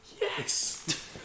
Yes